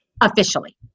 Officially